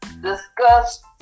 discuss